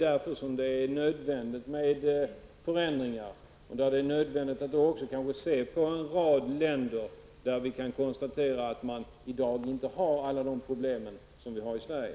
Därför är det nödvändigt med förändringen och att se på en rad länder, där man i dag inte har alla de problem som förekommer i Sverige.